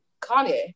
Kanye